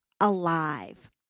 alive